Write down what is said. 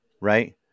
right